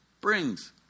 brings